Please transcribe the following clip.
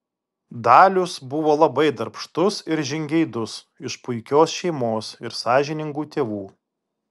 dalius buvo labai darbštus ir žingeidus iš puikios šeimos ir sąžiningų tėvų